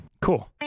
cool